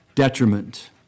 Detriment